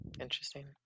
Interesting